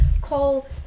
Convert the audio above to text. call